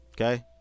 Okay